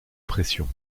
pressions